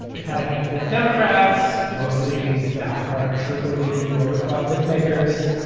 it had a handful of democrats, mostly these die hard, true believing voter fraud myth makers.